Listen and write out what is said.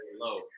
Low